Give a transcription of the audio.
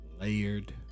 layered